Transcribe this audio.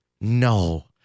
no